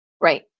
Right